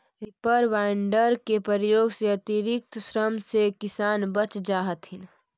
reaper binder के प्रयोग से अतिरिक्त श्रम से किसान बच जा हथिन